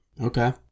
Okay